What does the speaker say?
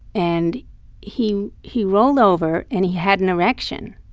and he he rolled over, and he had an erection.